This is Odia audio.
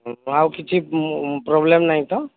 ଆଉ କିଛି ପ୍ରୋବ୍ଲେମ୍ ନାହିଁ ତ